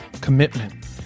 commitment